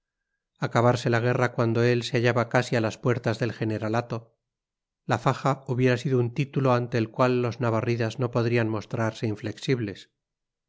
acabarse la guerra cuando él se hallaba casi a las puertas del generalato la faja hubiera sido un título ante el cual los navarridas no podrían mostrarse inflexibles